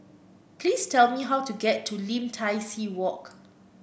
please tell me how to get to Lim Tai See Walk